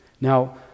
Now